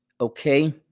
Okay